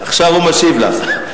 עכשיו הוא משיב לך.